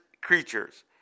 creatures